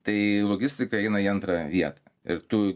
tai logistika eina į antrą vietą ir tu